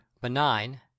benign